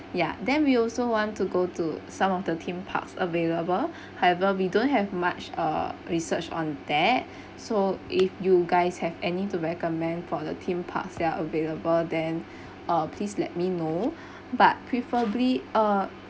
ya then we also want to go to some of the theme parks available however we don't have much uh research on that so if you guys have any to recommend for the theme parks that are available then uh please let me know but preferably uh